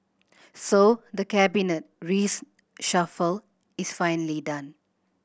so the Cabinet is finally done